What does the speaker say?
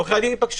עורכי הדין ייפגשו.